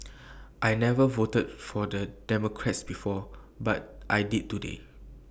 I never voted for the Democrat before but I did today